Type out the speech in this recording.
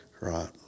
Right